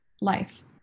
life